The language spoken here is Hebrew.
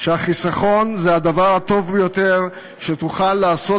שהחיסכון זה הדבר הטוב ביותר שתוכל לעשות